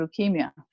leukemia